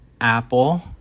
Apple